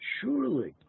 surely